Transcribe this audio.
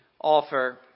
offer